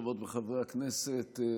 חברות וחברי הכנסת,